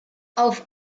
auf